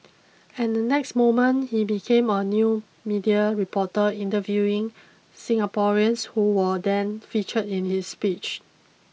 and the next moment he became a new media reporter interviewing Singaporeans who were then featured in his speech